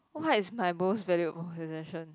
what is my most valued possession